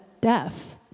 death